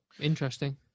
interesting